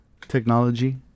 technology